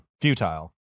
futile